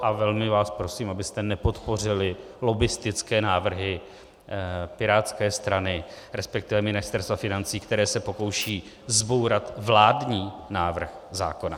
A velmi vás prosím, abyste nepodpořili lobbistické návrhy pirátské strany, resp. Ministerstva financí, které se pokouší zbourat vládní návrh zákona.